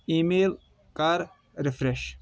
ای میل کَر ریفرش